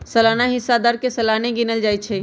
सलाना हिस्सा दर के सलाने गिनल जाइ छइ